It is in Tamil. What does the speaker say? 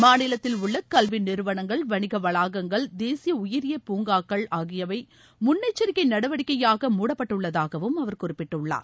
மாநிலத்தில் உள்ள கல்வி நிறுவனங்கள் வணிக வளாகங்கள் தேசிய உயிரியல் பூங்காக்கள் ஆகியவை முன்னெச்சரிக்கை நடவடிக்கையாக மூடப்பட்டுள்ளதாகவும் அவர் குறிப்பிட்டுள்ளார்